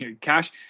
cash